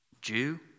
Jew